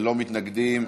ללא מתנגדים.